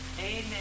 Amen